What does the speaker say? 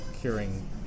curing